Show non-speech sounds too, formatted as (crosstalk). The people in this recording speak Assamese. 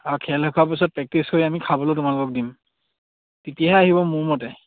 অঁ (unintelligible) পিছত প্ৰেক্টিচ কৰি আমি খাবলৈও তোমালোকক দিম তেতিয়াহে আহিব মোৰ মতে